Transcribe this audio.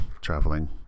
traveling